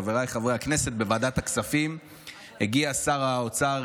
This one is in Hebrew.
חבריי חברי הכנסת: לוועדת הכספים הגיע שר האוצר